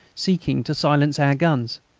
seeking to silence our guns.